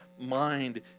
mind